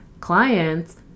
clients